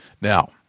Now